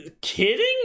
kidding